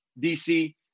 DC